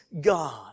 God